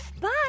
Bye